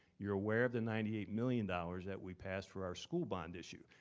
you're aware of the ninety eight million dollars that we passed for our school bond issue.